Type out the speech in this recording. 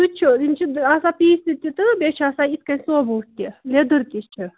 سُہ تہِ چھُ یِم چھِ آسان پیٖسِتھ تہِ تہٕ بیٚیہِ چھِ آسان یِتھ کٔنۍ سوبود تہِ لیٚدر تہِ چھِ